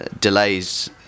delays